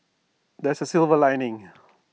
there's A silver lining